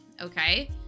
okay